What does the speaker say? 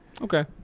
Okay